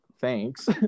Thanks